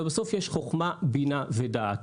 אבל בסוף יש חכמה, בינה ודעת.